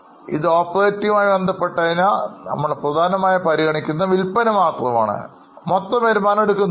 ഇത് ഓപ്പറേറ്റിങ്ങ് മായി ബന്ധപ്പെട്ടതിനാൽ നമ്മൾ പ്രധാനമായും പരിഗണിക്കുന്നത് വില്പന മാത്രമാണ് മൊത്തം വരുമാനം എടുക്കുന്നില്ല